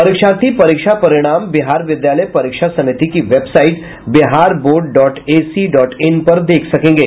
परीक्षार्थी परीक्षा परिणाम बिहार विद्यालय परीक्षा समिति की website Bihar board dot A C dot in पर देख सकेंगे